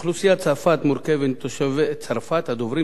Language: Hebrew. אוכלוסיית צרפת מורכבת מתושבי צרפת הדוברים